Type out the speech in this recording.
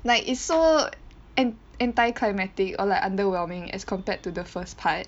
like it's so an~ anti climatic or like underwhelming as compared to the first part